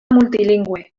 multilingüe